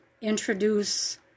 introduce